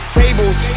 tables